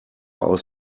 aus